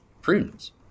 prudence